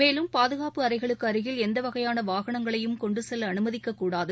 மேலும் பாதுகாப்பு அறைகளுக்கு அருகில் எந்த வகைபான வாகனங்களையும் கொண்டு செல்ல அனுமதிக்கக்கூடாது